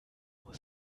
nur